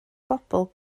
bobl